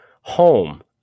home